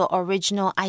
original